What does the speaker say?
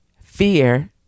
fear